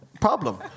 problem